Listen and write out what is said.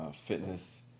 fitness